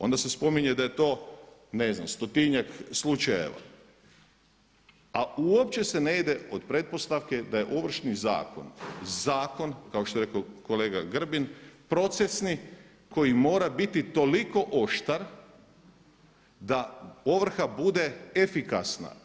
Onda se spominje da je to ne znam stotinjak slučajeva, a uopće se ne ide od pretpostavke da Ovršni zakon, zakon kao što je rekao kolega Grbin procesni koji mora biti toliko oštar da ovrha bude efikasna.